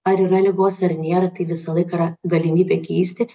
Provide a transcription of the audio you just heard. ar yra ligos ar nėra tai visą laiką yra galimybė keisti